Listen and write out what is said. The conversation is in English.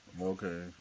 Okay